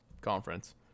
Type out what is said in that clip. conference